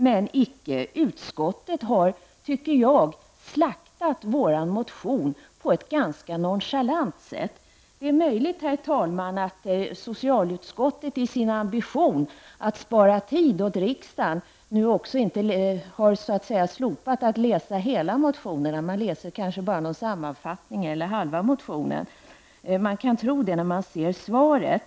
Men icke. Utskottet har, tycker jag, slaktat vår motion på ett ganska nonchalant sätt. Det är möjligt, herr talman, att socialutskottet i sin ambition att spara tid åt riksdagen har bestämt sig för att inte läsa hela motionerna. Ledamöterna läser kanske bara en sammanfattning eller halva motionen. Man kan tro det när man ser svaret.